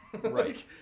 Right